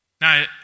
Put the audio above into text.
Now